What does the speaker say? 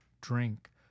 drink